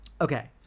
Okay